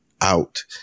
out